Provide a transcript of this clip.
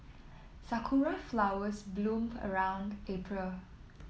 sakura flowers bloom around April